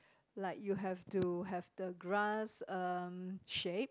like you have to have to grass um shape